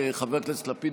חבר הכנסת לפיד,